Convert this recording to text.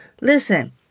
Listen